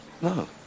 No